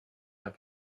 have